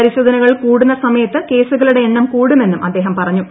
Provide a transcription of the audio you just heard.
പരിശോധനകൾ കൂടുന്ന് സമയത്ത് കേസുകളുടെ എണ്ണം കൂടുമെന്നും അദ്ദേഹം പറഞ്ഞു